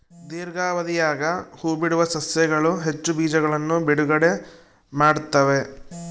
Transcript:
ದೀರ್ಘಾವಧಿಯಾಗ ಹೂಬಿಡುವ ಸಸ್ಯಗಳು ಹೆಚ್ಚು ಬೀಜಗಳನ್ನು ಬಿಡುಗಡೆ ಮಾಡ್ತ್ತವೆ